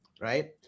right